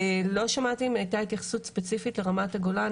לא שמעתי אם הייתה התייחסות ספציפית לרמת הגולן,